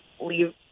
leave